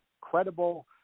credible